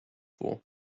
for